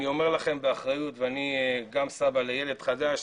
ואני אומר לכם באחריות ואני גם סבא לילד חדש,